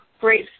great